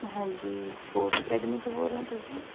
ਹਾਂਜੀ sports academy ਤੋਂ ਬੋਲ ਰਹੇ ਹੋ ਤੁਸੀਂ